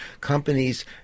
Companies